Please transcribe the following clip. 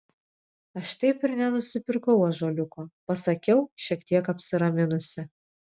aš taip ir nenusipirkau ąžuoliuko pasakiau šiek tiek apsiraminusi